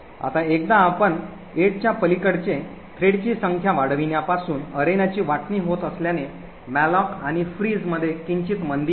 आता एकदा आपण 8 च्या पलीकडे थ्रेडची संख्या वाढविण्यापासून अरेनाची वाटणी होत असल्याने मॅलोक आणि फ्रीस मध्ये किंचित मंदी येते